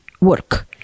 work